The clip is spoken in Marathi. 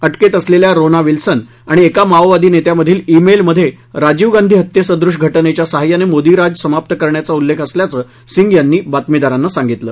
अटकेत असलेल्या रोना विल्सन आणि एका माओवादी नेत्यामधील ई मेल मध्ये राजीव गांधी हत्ये सदृश्य घटनेच्या सहाय्याने मोदी राज समाप्त करण्याचा उल्लेख असल्याचं सिंग यांनी बातमीदारांना सांगितलं